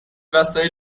وسایل